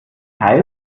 heiß